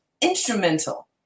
instrumental